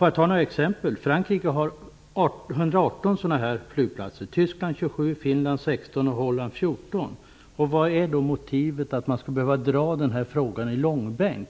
Låt mig ge några exempel. Frankrike har 118 sådana här flygplatser, Tyskland 27, Finland 16 och Holland 14. Vilket motiv finns för att dra denna fråga i långbänk?